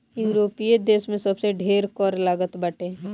यूरोपीय देस में सबसे ढेर कर लागत बाटे